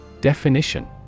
Definition